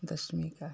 दशमी का